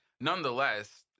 nonetheless